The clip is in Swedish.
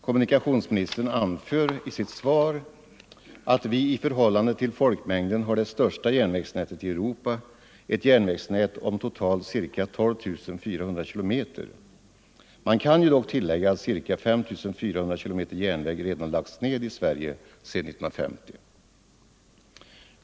Kommunikationsministern anför i sitt svar att vi i förhållande till folkmängden har det största järnvägsnätet i Europa, ett järnvägsnät om totalt ca 12 400 km. Man kan dock tillägga att ca 5 400 km järnväg redan lagts ned i Sverige sedan 1950.